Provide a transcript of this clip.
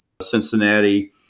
Cincinnati